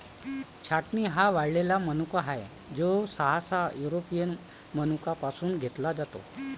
छाटणी हा वाळलेला मनुका आहे, जो सहसा युरोपियन मनुका पासून घेतला जातो